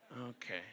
Okay